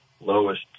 lowest